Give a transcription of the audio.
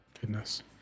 Goodness